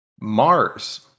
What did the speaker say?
Mars